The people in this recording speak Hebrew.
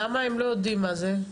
למה הם לא יודעים מה זה?